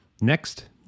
Next